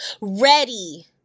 ready